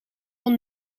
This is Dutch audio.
van